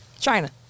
China